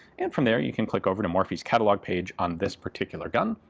and from there you can click over to morphy's catalogue page on this particular gun.